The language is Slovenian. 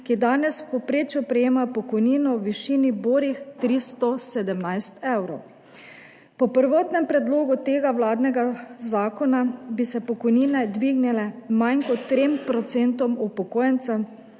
ki danes v povprečju prejemajo pokojnino v višini borih 317 evrov. Po prvotnem predlogu tega vladnega zakona bi se pokojnine dvignile manj kot 3 % upokojencev,